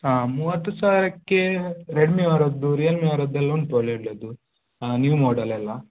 ಹಾಂ ಮೂವತ್ತು ಸಾವಿರಕ್ಕೆ ರೆಡ್ಮಿ ಅವರದ್ದು ರಿಯಲ್ಮಿ ಅವರದ್ದು ಎಲ್ಲ ಉಂಟು ಒಳ್ಳೆಯ ಒಳ್ಳೆಯದು ಹಾಂ ನ್ಯೂ ಮಾಡೆಲ್ ಎಲ್ಲ